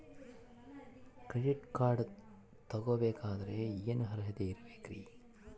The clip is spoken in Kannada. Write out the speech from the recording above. ಕ್ರೆಡಿಟ್ ಕಾರ್ಡ್ ತೊಗೋ ಬೇಕಾದರೆ ಏನು ಅರ್ಹತೆ ಇರಬೇಕ್ರಿ?